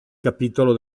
capitolo